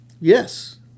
Yes